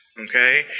Okay